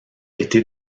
été